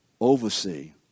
Oversee